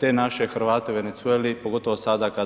te naše Hrvate u Venezueli pogotovo sada kada su u potrebi.